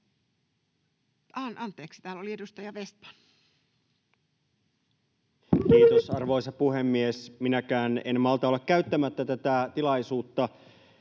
korvauksia. Edustaja Vestman. Kiitos, arvoisa puhemies! Minäkään en malta olla käyttämättä tätä tilaisuutta,